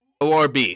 ORB